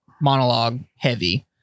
monologue-heavy